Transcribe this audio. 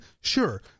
Sure